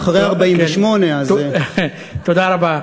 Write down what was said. אבל הם באו לכאן אחרי 1948, אז, תודה רבה.